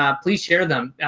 um please share them.